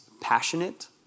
passionate